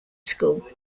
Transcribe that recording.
school